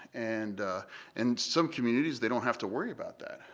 and in some communities they don't have to worry about that,